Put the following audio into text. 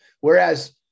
Whereas